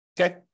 Okay